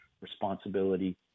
responsibility